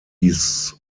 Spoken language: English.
his